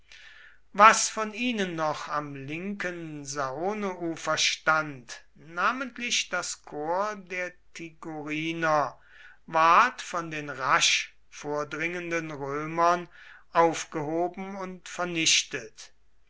was von ihnen noch am linken saneufer stand namentlich das korps der tigoriner ward von den rasch vordringenden römern aufgehoben und vernichtet